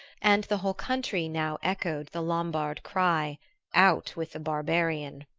and the whole country now echoed the lombard cry out with the barbarian!